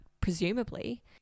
presumably